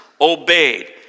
obeyed